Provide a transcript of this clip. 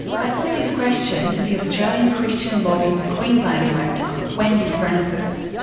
i put this question to the australian christian lobby's queensland director, wendy francis.